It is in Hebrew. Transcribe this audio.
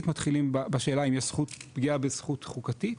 מתחילים בשאלה האם יש פגיעה בזכות חוקתית?